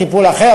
טיפול אחר.